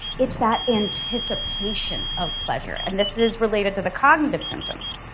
it's that anticipation of pleasure and this is related to the cognitive symptoms.